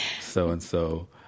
So-and-so